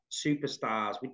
superstars